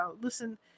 listen